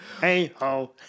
hey-ho